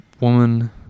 woman